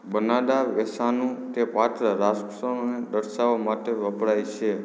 બન્નાડા વેશાનું તે પાત્ર રાક્ષસોને દર્શાવવા માટે વપરાય છે